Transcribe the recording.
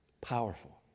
Powerful